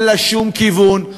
אין לה שום כיוון.